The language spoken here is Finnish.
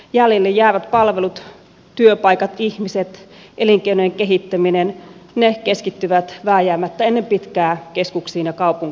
jäljelle jäävät palvelut työpaikat ihmiset elinkeinojen kehittäminen ne keskittyvät vääjäämättä keskuksiin ja kaupunkeihin